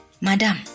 Madam